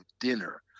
dinner